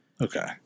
Okay